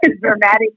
dramatic